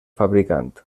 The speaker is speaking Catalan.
fabricant